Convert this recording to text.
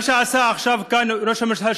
מה שעשה עכשיו כאן ראש הממשלה,